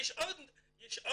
יש עוד גוף,